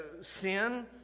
sin